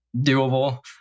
doable